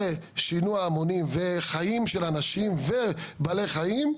שינוע המונים, חיים של אנשים ובעלי החיים,